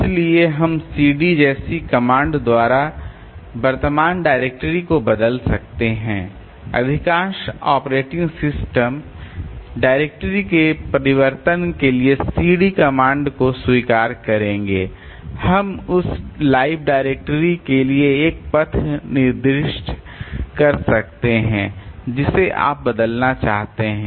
इसलिए हम cd जैसी कमांड द्वारा वर्तमान डायरेक्टरी को बदल सकते हैं अधिकांश ऑपरेटिंग सिस्टम डायरेक्टरी के परिवर्तन के लिए सीडी कमांड को स्वीकार करेंगे और हम उस लाइव डायरेक्टरी के लिए एक पथ निर्दिष्ट कर सकते हैं जिसे आप बदलना चाहते हैं